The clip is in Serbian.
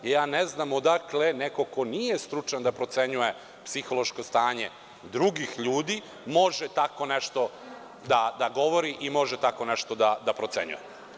Ne znam odakle neko ko nije stručan da procenjuje psihološko stanje drugih ljudi može tako nešto da govori i može tako nešto da procenjuj.